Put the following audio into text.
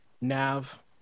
Nav